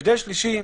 הבדל שלישי.